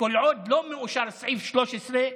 כל עוד לא מאושר סעיף 13,